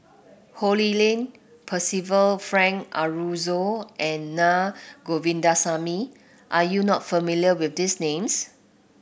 Ho Lee Ling Percival Frank Aroozoo and Naa Govindasamy are you not familiar with these names